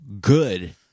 good